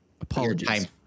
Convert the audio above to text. apologies